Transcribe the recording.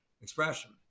expression